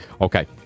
Okay